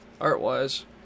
art-wise